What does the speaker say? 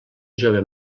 jove